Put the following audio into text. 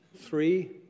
Three